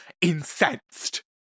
incensed